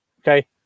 Okay